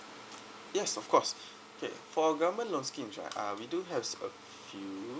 yes of course okay for government loan schemes right uh we do have a few